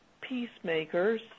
peacemakers